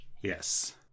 Yes